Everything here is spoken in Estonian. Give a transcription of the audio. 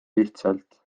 lihtsalt